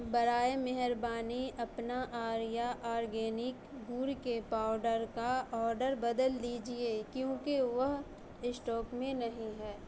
برائے مہربانی اپنا آریہ آرگینک گڑ کے پاؤڈر کا آڈر بدل دیجیے کیونکہ وہ اسٹوک میں نہیں ہے